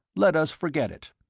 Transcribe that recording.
let us forget it.